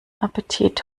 appetit